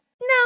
no